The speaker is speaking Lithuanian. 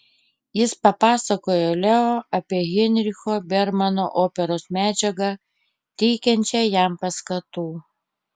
jis papasakojo leo apie heinricho bermano operos medžiagą teikiančią jam paskatų